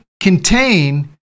contain